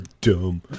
dumb